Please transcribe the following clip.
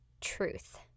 truth